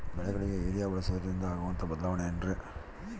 ಬೆಳೆಗಳಿಗೆ ಯೂರಿಯಾ ಬಳಸುವುದರಿಂದ ಆಗುವಂತಹ ಬದಲಾವಣೆ ಏನ್ರಿ?